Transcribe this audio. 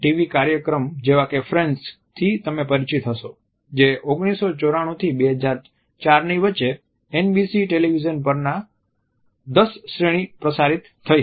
V કાર્યક્રમ જેવા કે 'ફ્રેન્ડ્સ' થી તમે પરિચિત હશો જે 1994 થી 2004 ની વચ્ચે NBC ટેલિવિઝન પર 10 શ્રેણી પ્રસારિત થઈ હતી